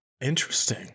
Interesting